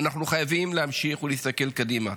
אנחנו חייבים להמשיך ולהסתכל קדימה.